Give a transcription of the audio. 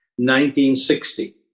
1960